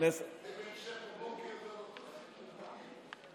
12 שנות לימוד ונהיה לי מלך העולם,